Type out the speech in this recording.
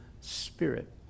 Spirit